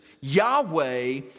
Yahweh